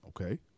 Okay